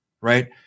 right